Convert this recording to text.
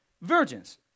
virgins